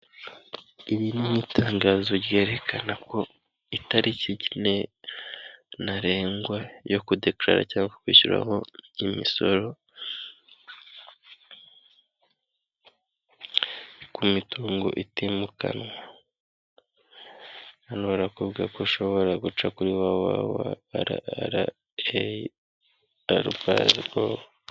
Iri ni itangazo ryerekana ko itariki nyine ntarengwa yo kudekarara cyangwa kwishyura imisoro ku mitungo itimukanwa, hano barakubwira ko ushobora guca kuri wawawa ara ara eyi arobaze govu.